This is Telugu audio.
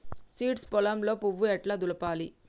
సీడ్స్ పొలంలో పువ్వు ఎట్లా దులపాలి?